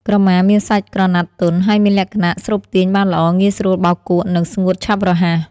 ក្រមាមានសាច់ក្រណាត់ទន់ ហើយមានលក្ខណៈស្រូបទាញបានល្អ ងាយស្រួលបោកគក់ និងស្ងួតឆាប់រហ័ស។